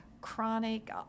chronic